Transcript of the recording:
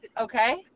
okay